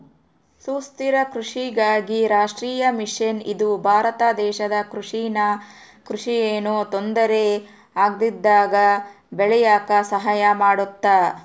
ಸುಸ್ಥಿರ ಕೃಷಿಗಾಗಿ ರಾಷ್ಟ್ರೀಯ ಮಿಷನ್ ಇದು ಭಾರತ ದೇಶದ ಕೃಷಿ ನ ಯೆನು ತೊಂದರೆ ಆಗ್ದಂಗ ಬೇಳಿಯಾಕ ಸಹಾಯ ಮಾಡುತ್ತ